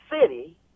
city